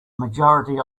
majority